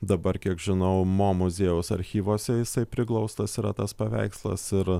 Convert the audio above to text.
dabar kiek žinau mo muziejaus archyvuose jisai priglaustas yra tas paveikslas ir